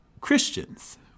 Christians